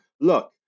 look